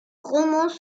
romans